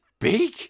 big